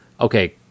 okay